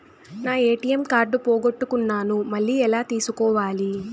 నా ATM card పోగొట్టుకున్నాను, మళ్ళీ ఎలా తీసుకోవాలి?